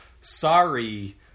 Sorry